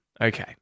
Okay